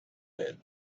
bed